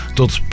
tot